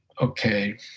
okay